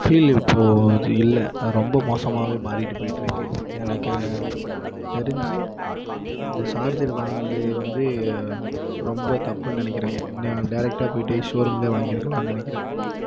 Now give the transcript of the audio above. feel இப்போது அது இல்லை அது ரொம்ப மோசமாகவே மாறிட்டு போயிட்டிருக்கு எனக்கு தெரிஞ்சு இந்த சார்ஜரு வாங்கினது வந்து ரொம்ப தப்புனு நினைக்கிறேன் நான் டேரெக்டாக போய்ட்டு ஷோரூம்லேயே வாங்கிருக்கலாம்னு நினைக்கிறேன்